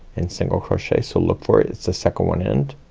and single crochet. so look for it. it's the second one in.